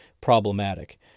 problematic